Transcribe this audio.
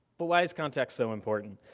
but why is context so important?